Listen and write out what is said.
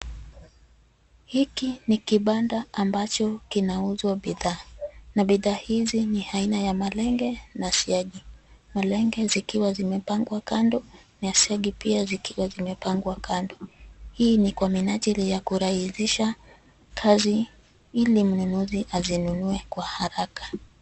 Hiki ni kibanda ambacho kinauzwa bidhaa na bidhaa hizi ni aina ya malenge na siagi. Malenge zikiwa zimepangwa kando na siagi pia zikiwa zimepangwa kando. Hii ni kwa minajili ya kurahisisha kazi ili mnunuzi azinunue kwa haraka.